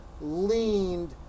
leaned